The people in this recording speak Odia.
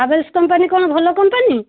ହାୱେଲସ୍ କମ୍ପାନୀ କଣ ଭଲ କମ୍ପାନୀ